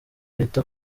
yita